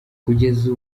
kugeza